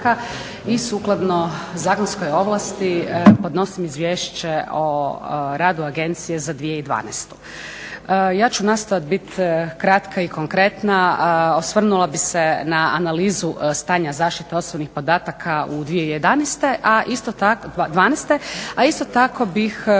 i sukladno zakonskoj ovlasti podnosim izvješće o radu agencije za 2012. Ja ću nastojat bit kratka i konkretna. Osvrnula bih se na analizu stanja zaštite osobnih podataka u 2012., a isto tako bih